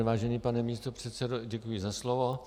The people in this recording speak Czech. Vážený pane místopředsedo, děkuji za slovo.